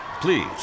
Please